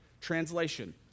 Translation